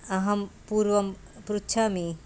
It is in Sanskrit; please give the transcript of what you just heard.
अहं पूर्वं पृच्छामि